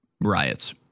riots